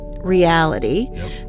reality